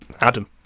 Adam